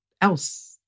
else